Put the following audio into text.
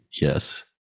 yes